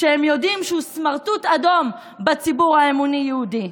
כשהם יודעים שהוא סמרטוט אדום בציבור האמוני-יהודי.